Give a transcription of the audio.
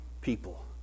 people